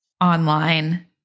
online